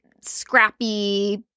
scrappy